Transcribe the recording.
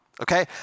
okay